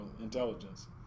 intelligence